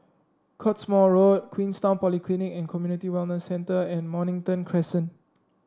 Cottesmore Road Queenstown Polyclinic and Community Wellness Centre and Mornington Crescent